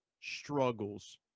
struggles